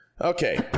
okay